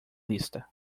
lista